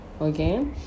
Okay